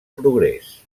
progrés